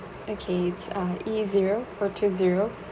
okay t~ uh E zero four two zero